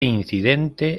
incidente